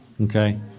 Okay